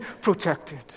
protected